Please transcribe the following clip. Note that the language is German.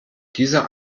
dieser